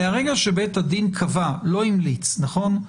מהרגע שבית הדין קבע לא המליץ, נכון?